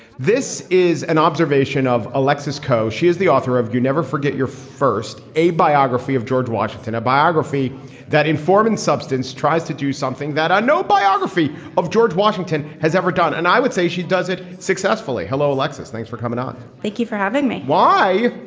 this is an observation of alexis. she is the author of you never forget your first, a biography of george washington, a biography that informed and substance tries to do something that no biography of george washington has ever done. and i would say she does it successfully. hello, alexis. thanks for coming on. thank you for having me. why?